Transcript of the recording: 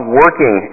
working